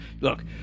look